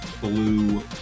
blue